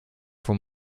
von